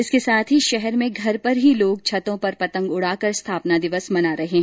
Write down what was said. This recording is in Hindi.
इसके साथ ही शहर में घर पर ही लोग छतों पर पतंग उड़ाकर स्थापना मना रहे हैं